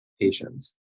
patients